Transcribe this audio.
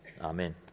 Amen